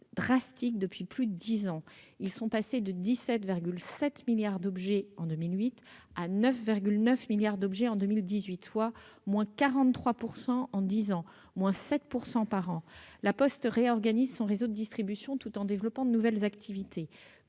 drastique depuis plus de dix ans : ils sont passés de 17,7 milliards d'objets en 2008 à 9,9 milliards d'objets en 2018, soit- 43 % en dix ans, à raison d'une baisse de 7 % par an. La Poste réorganise son réseau de distribution, tout en développant de nouvelles activités,